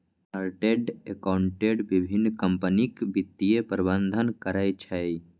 chartered accountant विभिन्न कंपनीक वित्तीय प्रबंधन करै छै